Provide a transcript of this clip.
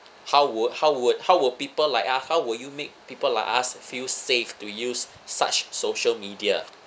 how would how would how would people like u~ how will you make people like us feel safe to use such social media